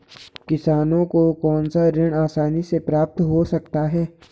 किसानों को कौनसा ऋण आसानी से प्राप्त हो सकता है?